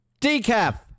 decaf